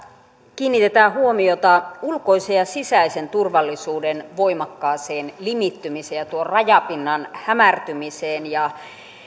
kiinnitetään huomiota ulkoisen ja sisäisen turvallisuuden voimakkaaseen limittymiseen ja tuon rajapinnan hämärtymiseen ja